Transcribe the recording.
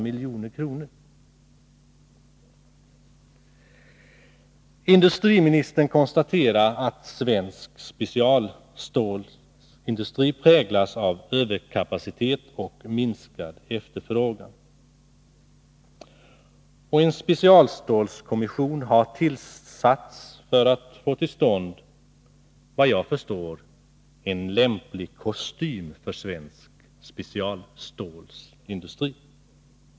Industriministern konstaterar att svensk specialstålsindustri präglas av överkapacitet och minskad efterfrågan. En specialstålskommission har tillsatts för att man skall få till stånd, såvitt jag förstår, en lämplig kostym för svensk specialstålsindustri.